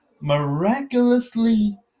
miraculously